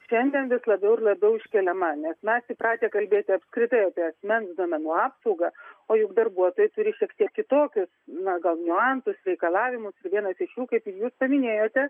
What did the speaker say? šiandien vis labiau ir labiau iškeliama nes mes įpratę kalbėti apskritai apie asmens duomenų apsaugą o juk darbuotojai turi šiek tiek kitokius na gal niuansus reikalavimus vienas iš jų kaip jūs paminėjote